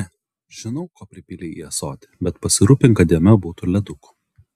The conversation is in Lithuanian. ne žinau ko pripylei į ąsotį bet pasirūpink kad jame būtų ledukų